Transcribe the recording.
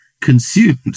consumed